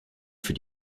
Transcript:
für